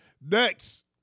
Next